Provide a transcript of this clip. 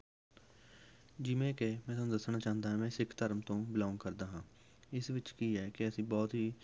ਜਿਵੇਂ ਕਿ ਮੈਂ ਤੁਹਾਨੂੰ ਦੱਸਣਾ ਚਾਹੁੰਦਾ ਹਾਂ ਮੈਂ ਸਿੱਖ ਧਰਮ ਤੋਂ ਬੀਲੋਂਗ ਕਰਦਾ ਹਾਂ ਇਸ ਵਿੱਚ ਕੀ ਹੈ ਕਿ ਅਸੀਂ ਬਹੁਤ ਹੀ